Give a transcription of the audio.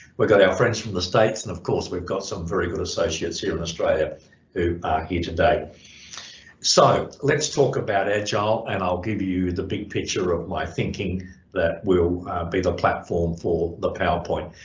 we've got our friends from the states and of course we've got some very good associates here in australia who are here today so let's talk about agile and i'll give you the big picture of my thinking that will be the platform for the powerpoint.